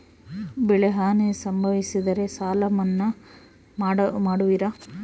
ಬೆಳೆಹಾನಿ ಸಂಭವಿಸಿದರೆ ಸಾಲ ಮನ್ನಾ ಮಾಡುವಿರ?